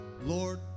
Lord